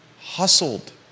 hustled